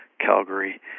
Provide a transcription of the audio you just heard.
Calgary